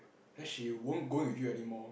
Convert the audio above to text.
then she won't go with you anymore